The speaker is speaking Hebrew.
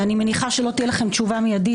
אני מניחה שלא תהיה לכם תשובה מידית,